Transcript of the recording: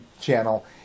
channel